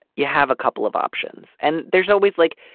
you have a couple of options and there's always like.